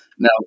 Now